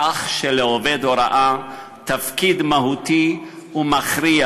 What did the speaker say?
כך שלעובד הוראה תפקיד מהותי ומכריע